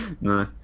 No